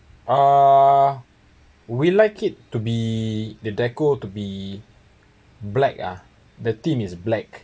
uh we like it to be the deco to be black uh the theme is black